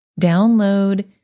download